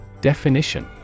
Definition